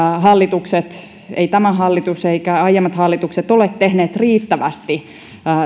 hallitukset eivät ei tämä hallitus eivätkä aiemmat hallitukset ole tehneet riittävästi